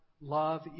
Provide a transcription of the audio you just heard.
love